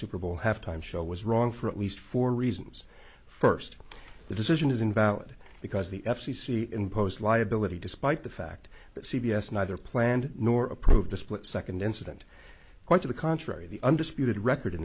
super bowl halftime show was wrong for at least four reasons first the decision is invalid because the f c c imposed liability despite the fact that c b s neither planned nor approved the split second incident quite to the contrary the undisputed record in